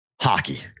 hockey